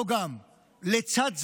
לצד זה,